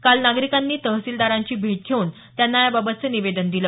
काल नागरिकांनी तहसिलदारांची भेट घेऊन त्यांना याबाबतचं निवेदन दिलं